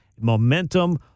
momentum